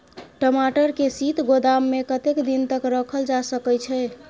टमाटर के शीत गोदाम में कतेक दिन तक रखल जा सकय छैय?